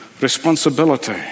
responsibility